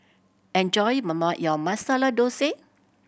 enjoy your Masala Dosa